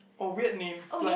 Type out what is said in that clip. or weird names like